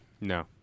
No